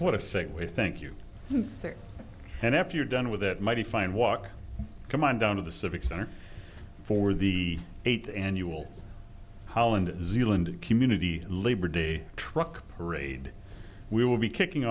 what a segue thank you sir and after you're done with that mighty fine walk come on down to the civic center for the eighth annual holland zealand community labor day truck parade we will be kicking